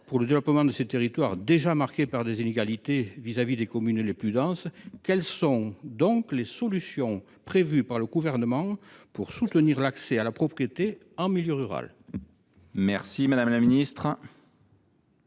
pour le développement de territoires déjà marqués par des inégalités au regard des communes les plus denses, quelles sont les solutions prévues par le Gouvernement pour soutenir l’accès à la propriété en milieu rural ? La parole est à Mme la ministre